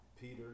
Peter